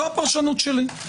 זו הפרשנות שלי.